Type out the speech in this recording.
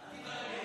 אל תתרגל.